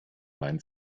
meinen